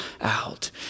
out